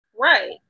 Right